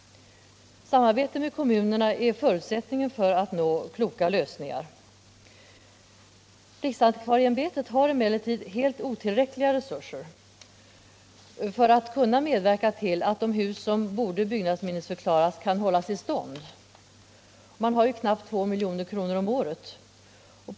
Samarbete med kommunerna är en förutsättning för att uppnå kloka lösningar. Riksantikvarieämbetet har emellertid helt otillräckliga resurser för att medverka till att de hus som borde byggnadsminnesförklaras kan hållas i stånd. Man har knappt 2 milj.kr. om året till förfogande för detta ändamål.